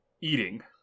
eating